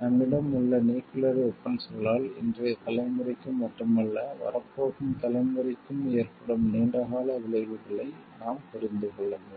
நம்மிடம் உள்ள நியூக்கிளியர் வெபன்ஸ்களால் இன்றைய தலைமுறைக்கு மட்டுமல்ல வரப்போகும் தலைமுறைக்கும் ஏற்படும் நீண்டகால விளைவுகளை நாம் புரிந்து கொள்ள வேண்டும்